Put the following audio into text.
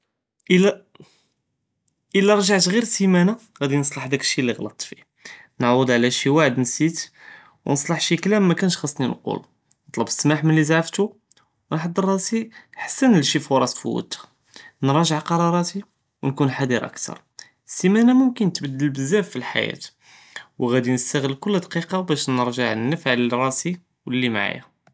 אלא אלא רג'עת גר סמאנה גנצלח דכשי לי גלעת פיה, נעואד עלא שי ואחד נסית, ו נסלח שי קלם מאקאנש חסני נגולו, נטלב סמאה מלי זעפטו, נהדר ראסי חסן לי פורס פוטהום, נוראג'ע כרארתי ו נكون חאדר אכתר, סמאנה מוכל נתבדל בזאף פאלחייאה ו גאדי נסתגל קול דקיקה באש נרג'ע נפעל לראסי ולי מעאיה.